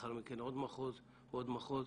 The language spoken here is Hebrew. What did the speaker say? לאחר מכן עוד מחוז, עוד מחוז.